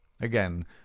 Again